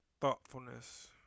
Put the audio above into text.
Thoughtfulness